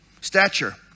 stature